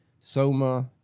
Soma